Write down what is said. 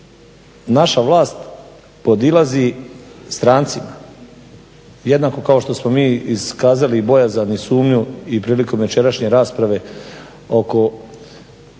naša vlast podilazi strancima, jednako kao što smo mi iskazali bojazan i sumnju i priliko jučerašnje rapsrave oko